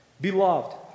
Beloved